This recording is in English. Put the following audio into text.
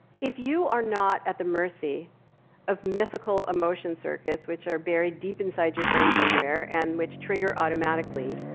if you are not at the mercy of mythical emotion circuits which are buried deep inside your brain somewhere and which trigger automatically,